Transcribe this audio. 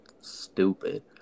stupid